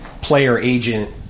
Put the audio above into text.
player-agent